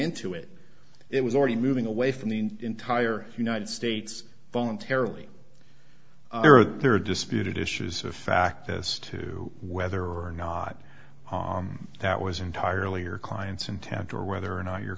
into it it was already moving away from the entire united states voluntarily there disputed issues of fact this too whether or not that was entirely or client's intent or whether or not your